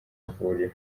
mavuriro